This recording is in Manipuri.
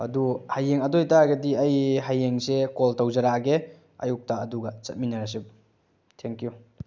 ꯑꯗꯨ ꯍꯌꯦꯡ ꯑꯗꯨ ꯑꯣꯏꯕꯇꯥꯔꯒꯗꯤ ꯑꯩ ꯍꯌꯦꯡꯁꯦ ꯀꯣꯜ ꯇꯧꯖꯔꯛꯑꯒꯦ ꯑꯌꯨꯛꯇ ꯑꯗꯨꯒ ꯆꯠꯃꯤꯟꯅꯔꯁꯦ ꯊꯦꯡꯀ꯭ꯌꯨ